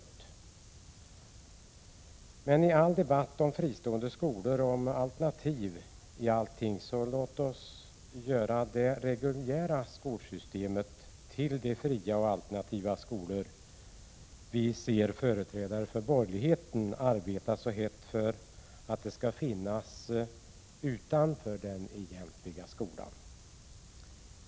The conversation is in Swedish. Låt oss i all debatt om fristående skolor och alternativ i allting göra det reguljära skolsystemet till de fria och alternativa skolor som vi ser företrädare för borgerligheten arbeta så hett för att de skall finnas utanför den egentliga skolan.